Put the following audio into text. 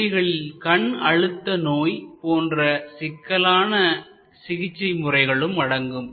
இவைகளில் கண் அழுத்த நோய் போன்ற சிக்கலான சிகிச்சை முறைகளும் அடங்கும்